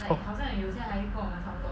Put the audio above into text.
oh